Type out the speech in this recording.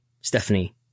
Stephanie